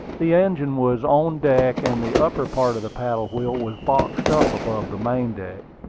the engine was on deck, and the upper part of the paddle-wheel was boxed up above the main deck.